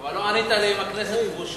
אבל לא ענית לי אם הכנסת כבושה.